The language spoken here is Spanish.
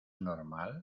normal